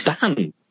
Dan